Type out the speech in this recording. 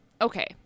Okay